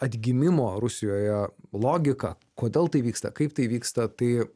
atgimimo rusijoje logiką kodėl tai vyksta kaip tai vyksta tai